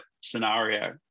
scenario